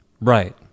Right